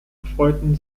erfreuten